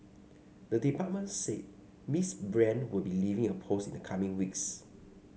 the department said Miss Brand will be leaving her post in the coming weeks